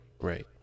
Right